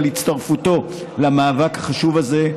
על הצטרפותו למאבק החשוב הזה,